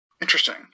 Interesting